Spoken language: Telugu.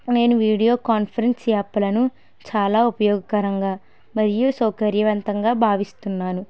నేను వీడియో కాన్ఫరెన్స్ యాప్లను చాలా ఉపయోగకరంగా మరియు సౌకర్యవంతంగా భావిస్తున్నాను